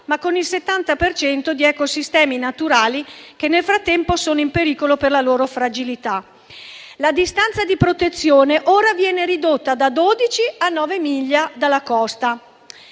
ma con il 70 per cento di ecosistemi naturali che nel frattempo sono in pericolo per la loro fragilità. La distanza di protezione ora viene ridotta da 12 a 9 miglia dalla costa.